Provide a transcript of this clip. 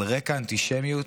על רקע אנטישמיות,